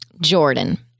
Jordan